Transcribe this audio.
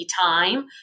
time